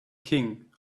king